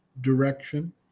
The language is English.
direction